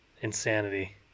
Insanity